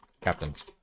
captains